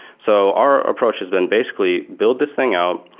so our approach is been basically build this thing out,